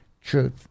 truth